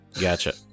Gotcha